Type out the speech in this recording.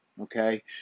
okay